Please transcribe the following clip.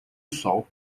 sol